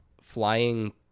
flying